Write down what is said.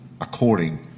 according